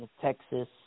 Texas